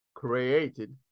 Created